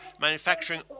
manufacturing